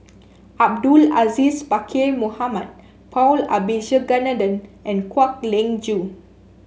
Abdul Aziz Pakkeer Mohamed Paul Abisheganaden and Kwek Leng Joo